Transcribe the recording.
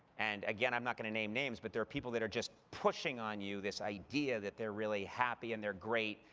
and, again, i'm not going to name names, but there are people that are just pushing on you this idea that they're really happy, and they're great,